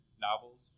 novels